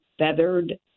Feathered